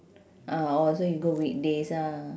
ah oh so you go weekdays ah